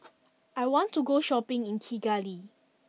I want to go shopping in Kigali